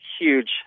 huge